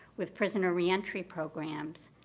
with prisoner reentry programs,